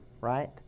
Right